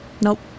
Nope